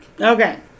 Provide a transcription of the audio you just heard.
Okay